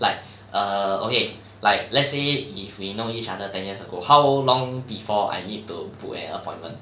like err okay like let's say if we know each other than years ago how long before I need to book an appointment